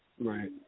Right